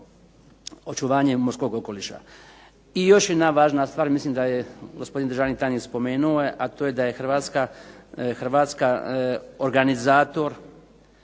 očuvanje morskog okoliša. I još jedna važna stvar, mislim da je gospodin državni tajnik spomenuo je, a to je da je Hrvatska organizator